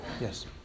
Yes